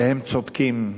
והם צודקים.